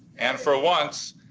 and for once,